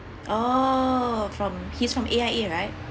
oo from he's from A_I_A right